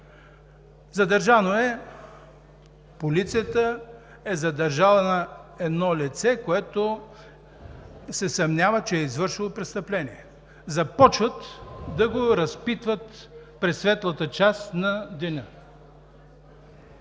казус. Полицията е задържала лице, което се съмнява, че е извършило престъпление. Започват да го разпитват през светлата част на деня.